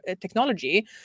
technology